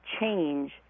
change